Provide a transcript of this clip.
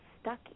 stuck